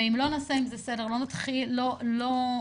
ואם לא נעשה עם זה סדר, לא נקדם,